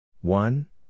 One